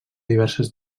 diverses